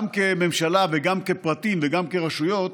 גם כממשלה וגם כפרטים וגם כרשויות,